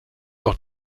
auch